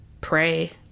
pray